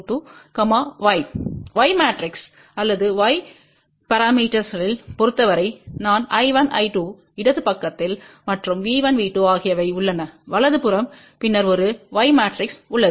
Y matrix அல்லது Y பரமீட்டர்ஸ்ளைப் பொறுத்தவரை நான்I1 I2இடது பக்கத்தில் மற்றும் V1 V2ஆகியவை உள்ளன வலது புறம் பின்னர் ஒரு Y மாட்ரிக்ஸ் உள்ளது